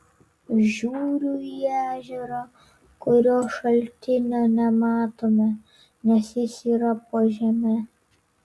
žiūriu į ežerą kurio šaltinio nematome nes jis yra po žeme